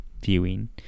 viewing